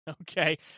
Okay